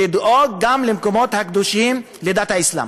לדאוג גם למקומות הקדושים לדת האסלאם.